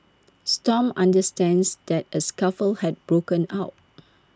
stomp understands that A scuffle had broken out